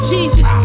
Jesus